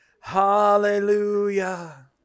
Hallelujah